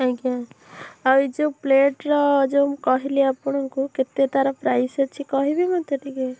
ଆଜ୍ଞା ଆଉ ଏ ଯୋଉ ପ୍ଲେଟର୍ ମୁଁ ଯୋଉ କହିଲି ଆପଣଙ୍କୁ କେତେ ତାର ପ୍ରାଇସ୍ ଅଛି କହିବେ ମୋତେ ଟିକେ